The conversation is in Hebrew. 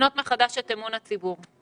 לבנות מחדש את אמון הציבור.